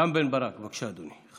רם בן ברק, בבקשה, אדוני,